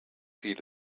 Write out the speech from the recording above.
heed